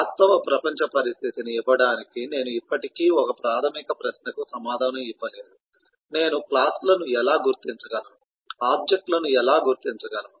వాస్తవ ప్రపంచ పరిస్థితిని ఇవ్వడానికి నేను ఇప్పటికీ ఒక ప్రాథమిక ప్రశ్నకు సమాధానం ఇవ్వలేదు నేను క్లాస్ లను ఎలా గుర్తించగలను ఆబ్జెక్ట్ లను ఎలా గుర్తించగలను